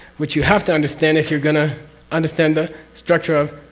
which you have to understand if you're going to understand the structure of?